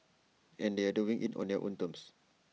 and they are doing IT on their own terms